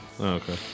Okay